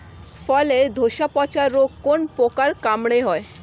ফলের খোসা পচা রোগ কোন পোকার কামড়ে হয়?